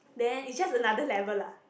then it's just another level lah